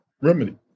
remedy